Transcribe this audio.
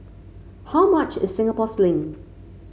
how much is Singapore Sling